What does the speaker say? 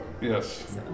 Yes